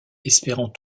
espérant